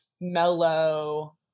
mellow